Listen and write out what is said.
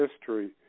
history